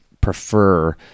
prefer